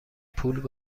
پول